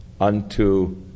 Unto